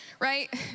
right